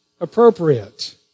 appropriate